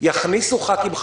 יכניסו חברי כנסת חדשים,